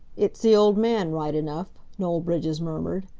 it's the old man, right enough, noel bridges murmured.